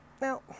Now